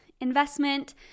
investment